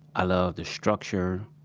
i love the structure.